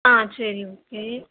ஆ சரி ஓகே